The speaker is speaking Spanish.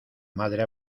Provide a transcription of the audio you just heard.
madre